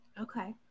Okay